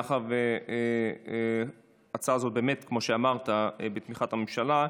מאחר שההצעה הזאת באמת, כמו שאמרת, בתמיכת הממשלה,